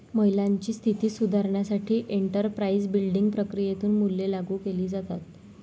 महिलांची स्थिती सुधारण्यासाठी एंटरप्राइझ बिल्डिंग प्रक्रियेतून मूल्ये लागू केली जातात